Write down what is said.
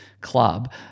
club